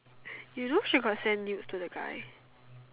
you know she got send nudes to the guy